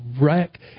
wreck